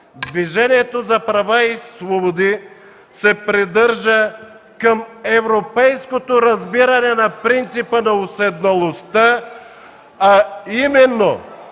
Движението за права и свободи се придържа към европейското разбиране на принципа на уседналостта, а именно